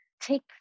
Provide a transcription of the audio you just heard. take